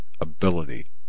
ability